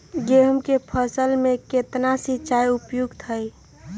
गेंहू के फसल में केतना सिंचाई उपयुक्त हाइ?